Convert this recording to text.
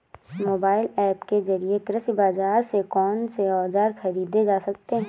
Mobile app के जरिए कृषि बाजार से कौन से औजार ख़रीदे जा सकते हैं?